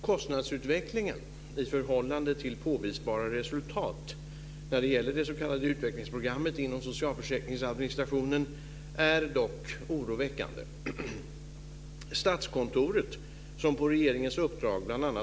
Kostnadsutvecklingen i förhållande till påvisbara resultat när det gäller det s.k. utvecklingsprogrammet inom socialförsäkringsadministrationen är dock oroväckande.